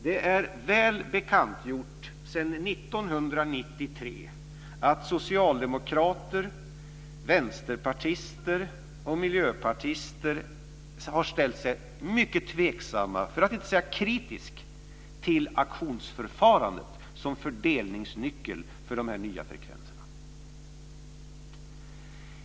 Det är väl bekantgjort sedan 1993 att socialdemokrater, vänsterpartister och miljöpartister har ställt sig mycket tveksamma, för att inte säga kritiska, till auktionsförfarandet som fördelningsnyckel för de nya frekvenserna.